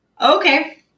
Okay